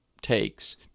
takes